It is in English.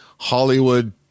hollywood